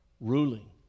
Ruling